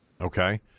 Okay